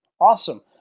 Awesome